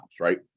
right